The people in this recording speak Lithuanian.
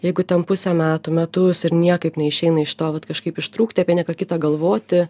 jeigu ten pusę metų metus ir niekaip neišeina iš to vat kažkaip ištrūkti apie nieką kitą galvoti